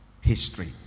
History